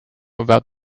about